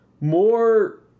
more